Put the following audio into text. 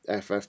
FF